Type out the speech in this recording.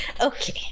Okay